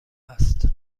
است